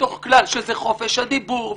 שזה חופש הדיבור,